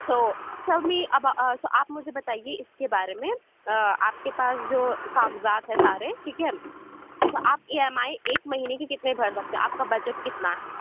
سو show me اب آپ مجھے بتائیے اِس کے بارے میں آپ کے پاس جو کاغذات ہیں سارے ٹھیک ہے تو آپ ای ایم آئی ایک مہینے کی کتنے بھر سکتے ہیں آپ کا بجٹ کتنا ہے